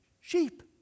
sheep